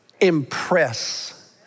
Impress